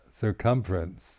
circumference